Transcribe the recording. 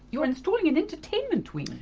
you're installing an entertainment wing?